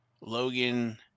Logan